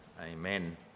Amen